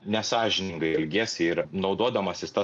nesąžiningai elgiesi ir naudodamasis ta